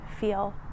feel